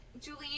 Julie